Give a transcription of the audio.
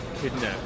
kidnapped